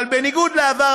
אבל בניגוד לעבר,